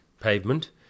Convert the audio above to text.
pavement